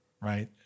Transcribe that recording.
right